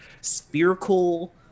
spherical